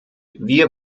wir